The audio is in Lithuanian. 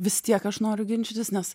vis tiek aš noriu ginčytis nes